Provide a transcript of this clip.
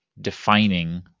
defining